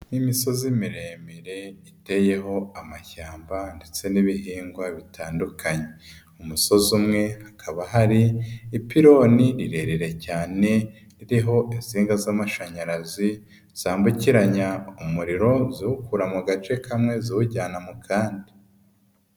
Imisozi miremire iteyeho amashyamba ndetse n'ibihingwa bitandukanye, umusozi umwe hakaba hari ipironi rirerire cyane, ririho insinga z'amashanyarazi, zambukiranya umuriro ziwukura mu gace kamwe ziwujyana mu kandi.